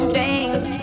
Dreams